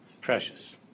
Precious